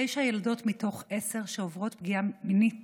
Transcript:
תשע ילדות מתוך עשר שעוברות פגיעה מינית